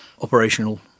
operational